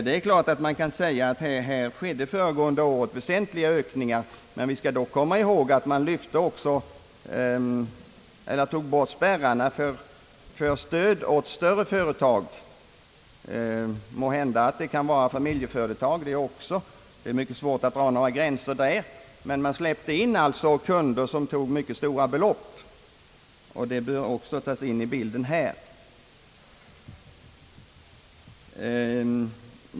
Naturligtvis kan man säga att väsentliga ökningar skedde förra året, men då skall vi komma ihåg att man också tog bort spärrarna för stöd åt större företag. Måhända kan även de vara familjeföretag — det är mycket svårt att dra några gränser därvidlag — men man släppte alltså in kunder som tog mycket stora belopp. Den saken bör också vara med i bilden här.